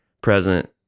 present